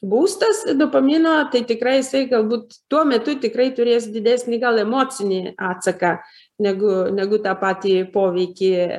būstas dopamino tai tikrai jisai galbūt tuo metu tikrai turės didesnį gal emocinį atsaką negu negu tą patį poveikį